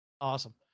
Awesome